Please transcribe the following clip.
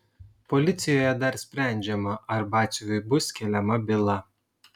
policijoje dar sprendžiama ar batsiuviui bus keliama byla